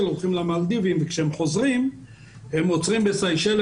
לסיישל נוסעים למלדיבים וכשהם חוזרים הם עוצרים בסיישל